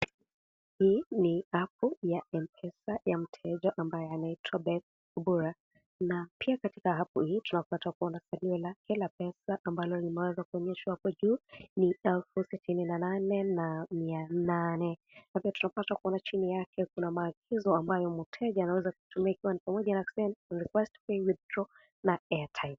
Hii ni apu ya mpesa ya mteja ambaye anaitwa Beth Obura na pia katika apu hii tunapata kuona salio lake la pesa ambalo limeweza kuonyeshwa hapo juu, ni elfu sitini na nane na mia nane. Pia tunapata kuona chini yake kuna maagizo ambayo mteja anaweza kutumia ikiwa ni pamoja na send, request, pay, withdraw na airtime .